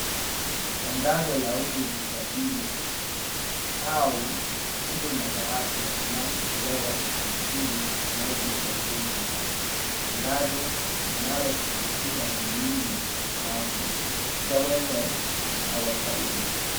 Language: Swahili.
Tangazo la huduma za bima au huduma za afya kinachotolewa na kampuni inayoitwa Britam. Tangazo linalosisitiza umuhimu wa afya your wellness is our priority .